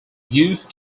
used